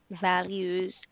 values